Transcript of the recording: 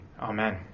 Amen